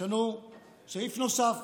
יש לנו סעיף נוסף,